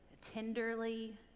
tenderly